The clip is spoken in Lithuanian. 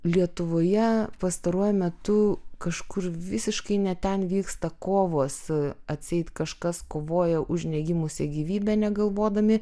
lietuvoje pastaruoju metu kažkur visiškai ne ten vyksta kovos atseit kažkas kovoja už negimusią gyvybę negalvodami